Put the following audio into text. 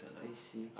I see